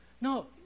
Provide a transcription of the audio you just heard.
no